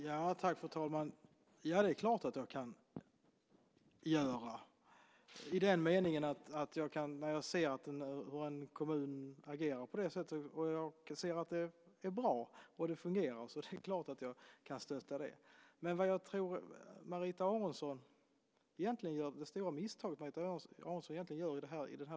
Fru talman! Det är klart att jag kan göra det. När jag ser att en kommun agerar på det sättet och ser att det är bra och fungerar, så är det klart att jag kan stötta det. Men Marita Aronson gör egentligen ett stort misstag i denna debatt.